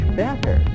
better